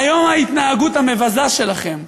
היום ההתנהגות המבזה שלכם,